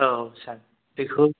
औ सार बेखौ